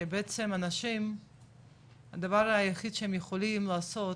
שבעצם אנשים הדבר היחידי שהם יכולים לעשות,